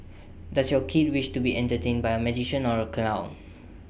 does your kid wish to be entertained by A magician or A clown